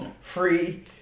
Free